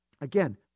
Again